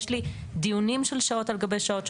יש לי דיונים של שעות על גבי שעות,